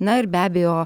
na ir be abejo